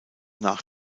nach